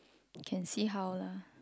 can see how lah